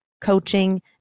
coaching